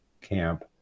camp